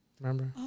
remember